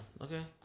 okay